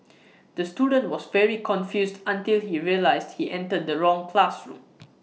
the student was very confused until he realised he entered the wrong classroom